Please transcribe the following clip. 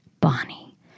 Bonnie